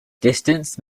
distance